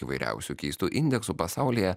įvairiausių keistų indeksų pasaulyje